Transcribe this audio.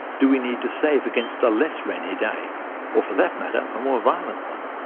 do we need to save against a less rainy day or, for that matter, a more violent one?